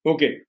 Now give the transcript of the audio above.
Okay